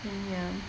mm ya